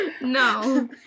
No